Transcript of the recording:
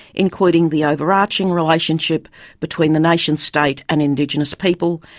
including the overarching relationship between the nation state and indigenous people,